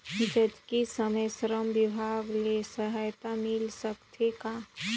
जचकी समय श्रम विभाग ले सहायता मिल सकथे का?